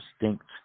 distinct